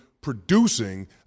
producing